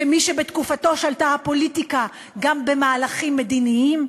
כמי שבתקופתו שלטה הפוליטיקה גם במהלכים מדיניים,